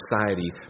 society